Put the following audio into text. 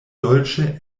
dolĉe